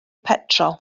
petrol